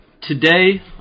Today